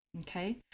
Okay